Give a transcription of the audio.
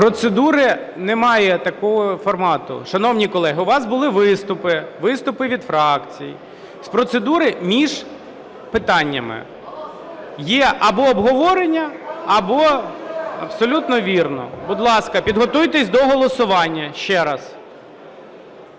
процедури – немає такого формату. Шановні колеги, у вас були виступи, виступи від фракцій. З процедури між питаннями є або обговорення, або... Абсолютно вірно. Будь ласка, підготуйтесь до голосування ще раз.